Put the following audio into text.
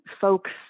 folks